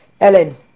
Ellen